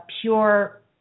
pure